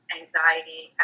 anxiety